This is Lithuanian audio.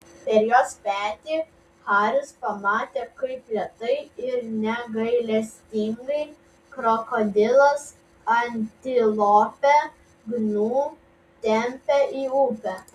per jos petį haris pamatė kaip lėtai ir negailestingai krokodilas antilopę gnu tempia į upę